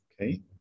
Okay